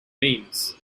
means